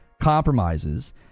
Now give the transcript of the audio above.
compromises